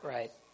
Right